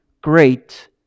great